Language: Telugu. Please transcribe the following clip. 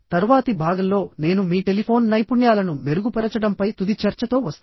తరువాతి భాగంలో నేను మీ టెలిఫోన్ నైపుణ్యాలను మెరుగుపరచడంపై తుది చర్చతో వస్తాను